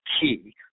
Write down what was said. key